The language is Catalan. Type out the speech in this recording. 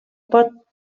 pot